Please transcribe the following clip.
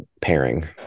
pairing